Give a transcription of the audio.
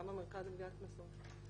גם המרכז לגביית קנסות.